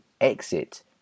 exit